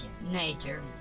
Nature